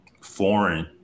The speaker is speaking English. foreign